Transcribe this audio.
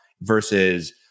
versus